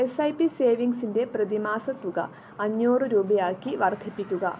S I P സേവിങ്സിൻ്റെ പ്രതിമാസ തുക അഞ്ഞൂറ് രൂപയാക്കി വർദ്ധിപ്പിക്കുക